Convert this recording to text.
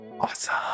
awesome